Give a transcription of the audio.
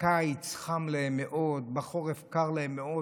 ובקיץ חם להם מאוד, ובחורף קר להם מאוד.